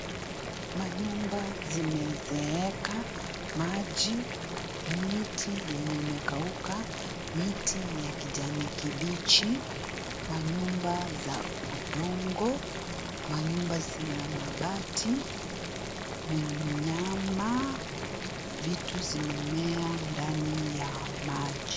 Manyumba zimezeeka, maji, miti yenye imekauka, miti ya kijani kibichi, manyumba za udongo, manyumba za mabati, minyama, vitu zimemea ndani ya maji.